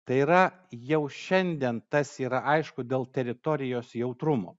tai yra jau šiandien tas yra aišku dėl teritorijos jautrumo